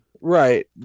Right